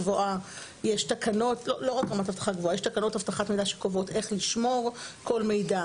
יש תקנות אבטחת מידע שקובעות איך לשמור כל מידע,